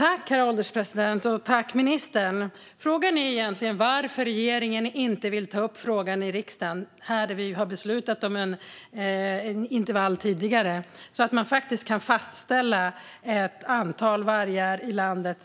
Herr ålderspresident! Frågan är egentligen varför regeringen inte vill ta upp detta i riksdagen där vi ju tidigare har beslutat om ett intervall. På så vis kan vi komma överens om och fastställa vilket antal vargar vi ska ha i landet.